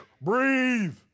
Breathe